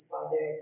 Father